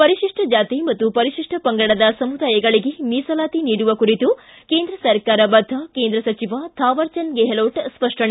ಪರಿಶಿಷ್ಷ ಜಾತಿ ಮತ್ತು ಪರಿಶಿಷ್ಷ ಪಂಗಡದ ಸಮುದಾಯಗಳಿಗೆ ಮೀಸಲಾತಿ ನೀಡುವ ಕುರಿತು ಕೇಂದ್ರ ಸರ್ಕಾರ ಬದ್ದ ಕೇಂದ್ರ ಸಚಿವ ಥಾವರ್ಚಂದ್ ಗೆಹ್ಲೊಟ್ ಸ್ಪಷ್ಟನೆ